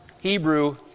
Hebrew